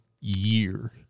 year